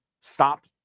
stop